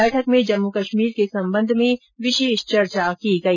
बैठक में जम्मू कश्मीर के संबंध में विशेष चर्चा की गई